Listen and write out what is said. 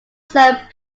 serve